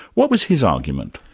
what was his argument?